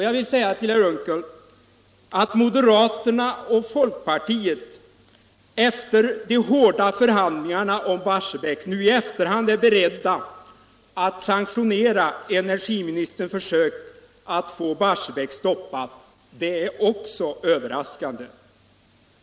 Jag vill säga till herr Unckel: Att moderaterna och folkpartiet efter de hårda förhandlingarna om Barsebäck 2 nu i efterhand är beredda att sanktionera energiministerns försök att få Barsebäck stoppat är överraskande.